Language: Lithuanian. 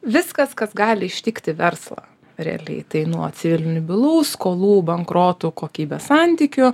viskas kas gali ištikti verslą realiai tai nuo civilinių bylų skolų bankrotų kokybės santykių